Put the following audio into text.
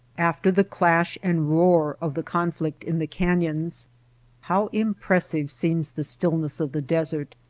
after the clash and roar of the conflict in the canyons how impressive seems the stillness of the desert,